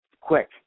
quick